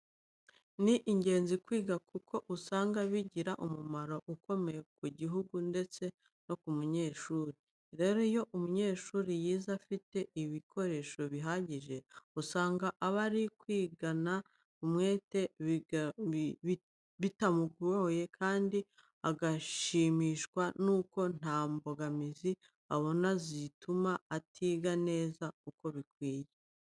Ni ingenzi kwiga kuko usaga bigira umumaro ukomeye ku gihugu ndetse no ku munyeshuri. Rero, iyo umunyeshuri yize afite ibikoresho bihagije, usanga aba ari kwigana umwete, bitamugoye kandi agashimishwa nuko nta mbogamizi abona zituma atiga neza uko bikwiye.